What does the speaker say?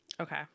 Okay